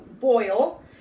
boil